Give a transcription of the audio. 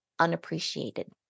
Unappreciated